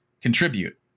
contribute